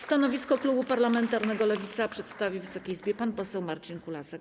Stanowisko Klubu Parlamentarnego Lewica przedstawi Wysokiej Izbie pan poseł Marcin Kulasek.